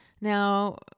Now